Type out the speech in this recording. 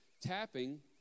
Tapping